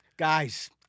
Guys